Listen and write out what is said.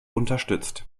unterstützt